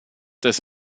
des